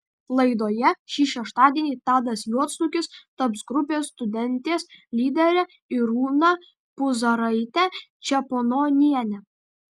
laidoje šį šeštadienį tadas juodsnukis taps grupės studentės lydere irūna puzaraite čepononiene